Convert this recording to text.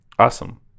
Awesome